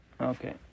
Okay